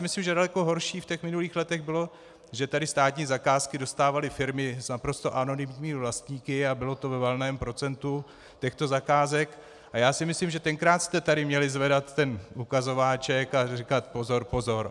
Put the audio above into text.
Myslím si, že daleko horší v minulých letech bylo, že státní zakázky dostávaly firmy s naprosto anonymními vlastníky a bylo to ve valném procentu těchto zakázek, a já si myslím, že tenkrát jste tady měli zvedat ten ukazováček a říkat pozor, pozor.